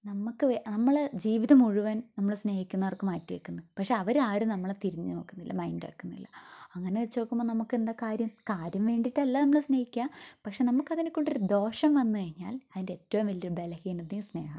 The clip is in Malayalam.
നമുക്ക് നമ്മൾ ജീവിതം മുഴുവൻ നമ്മൾ സ്നേഹിക്കുന്നവർക്ക് മാറ്റി വയ്ക്കുന്നു പക്ഷെ അവർ ആരും നമ്മളെ തിരിഞ്ഞു നോക്കുന്നില്ല മൈന്റ് ആക്കുന്നില്ല അങ്ങനെ വച്ചു നോക്കുമ്പം നമുക്ക് എന്താ കാര്യം കാര്യം വേണ്ടിയിട്ടല്ല നമ്മൾ സ്നേഹിക്കുക പക്ഷെ നമുക്ക് അതിനെക്കൊണ്ട് ഒരു ദോഷം വന്നു കഴിഞ്ഞാൽ അതിൻ്റെ ഏറ്റവും വലിയൊരു ബലഹീനതയും സ്നേഹമാണ്